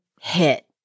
hit